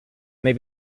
may